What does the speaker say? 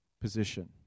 position